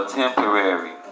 temporary